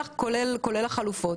כולל החלופות